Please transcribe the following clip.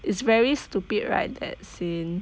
it's very stupid right that scene